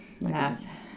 Math